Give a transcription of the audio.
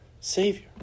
Savior